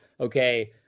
okay